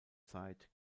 zeit